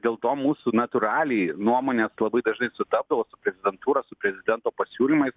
dėl to mūsų natūraliai nuomonės labai dažnai sutapdavo su prezidentūra su prezidento pasiūlymais